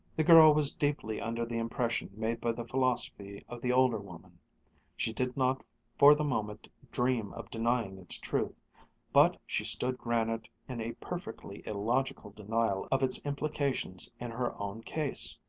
the girl was deeply under the impression made by the philosophy of the older woman she did not for the moment dream of denying its truth but she stood granite in a perfectly illogical denial of its implications in her own case.